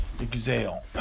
exhale